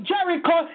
Jericho